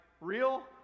real